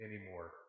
anymore